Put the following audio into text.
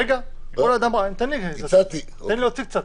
רגע, תן לי להשלים.